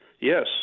Yes